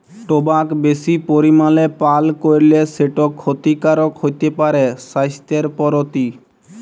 টবাক বেশি পরিমালে পাল করলে সেট খ্যতিকারক হ্যতে পারে স্বাইসথের পরতি